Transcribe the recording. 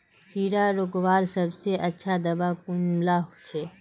कीड़ा रोकवार सबसे अच्छा दाबा कुनला छे?